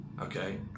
okay